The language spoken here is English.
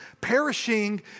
perishing